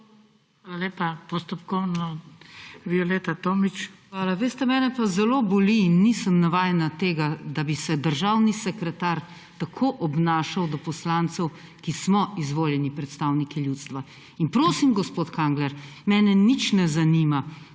TOMIĆ (PS Levica):** Hvala. Veste, mene pa zelo boli in nisem navajena tega, da bi se državni sekretar tako obnašal do poslancev, ki smo izvoljeni predstavniki ljudstva. Prosim, gospod Kangler, mene nič ne zanima,